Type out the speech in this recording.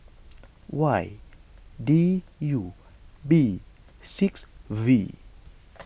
Y D U B six V